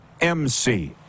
MC